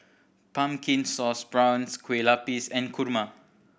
Pumpkin Sauce Prawns Kueh Lapis and kurma